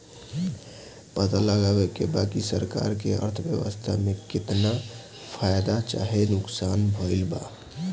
पता लगावे के बा की सरकार के अर्थव्यवस्था में केतना फायदा चाहे नुकसान भइल बा